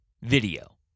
Video